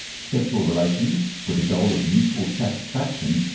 sexual relations, with a goal of mutual satisfaction,